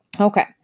Okay